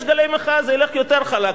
יש גלי מחאה ששם זה ילך יותר חלק.